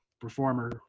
performer